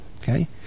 okay